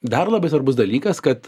dar labai svarbus dalykas kad